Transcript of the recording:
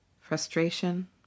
frustration